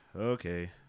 Okay